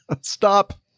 Stop